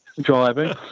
Driving